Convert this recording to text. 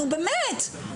נו, באמת.